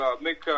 make